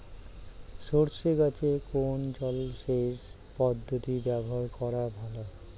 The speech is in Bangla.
সরষে গাছে কোন জলসেচ পদ্ধতি ব্যবহার করা ভালো?